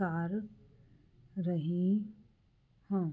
ਕਰ ਰਹੀ ਹਾਂ